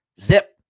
Zip